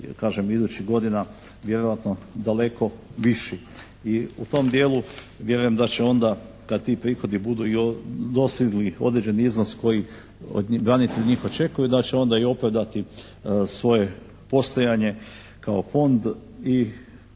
kažem idućih godina vjerojatno daleko viši. I u tom dijelu vjerujem da će onda kad ti prihodi budu i dosegli određeni iznos koji branitelji od njih očekuju da će onda i opravdati svoje postojanje kao Fond i